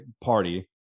party